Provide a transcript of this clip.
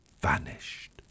vanished